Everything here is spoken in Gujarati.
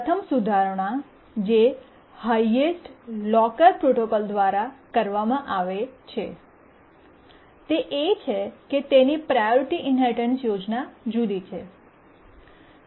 પ્રથમ સુધારણા જે હાયેસ્ટ લોકર પ્રોટોકોલ દ્વારા કરવામાં આવે છે તે એ છે કે તેની પ્રાયોરિટી ઇન્હેરિટન્સ યોજના જુદી છે